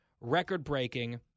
Record-breaking